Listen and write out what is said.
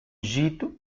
egito